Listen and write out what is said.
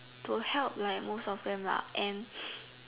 to help like most of them lah and